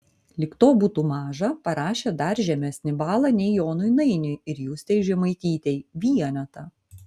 lyg to būtų maža parašė dar žemesnį balą nei jonui nainiui ir justei žemaitytei vienetą